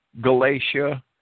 Galatia